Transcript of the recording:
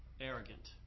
arrogant